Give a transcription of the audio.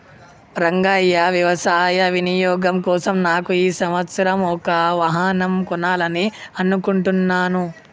రంగయ్య వ్యవసాయ వినియోగం కోసం నాకు ఈ సంవత్సరం ఒక వాహనం కొనాలని అనుకుంటున్నాను